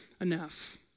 enough